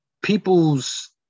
people's